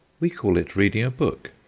we call it reading a book,